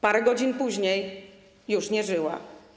Parę godzin później już nie żyła.